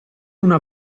una